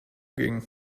ging